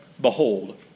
Behold